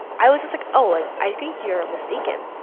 i was just, like, oh. like, i think you're mistaken.